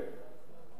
של ממשלה,